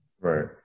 Right